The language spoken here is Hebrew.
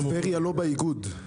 טבריה לא באיגוד.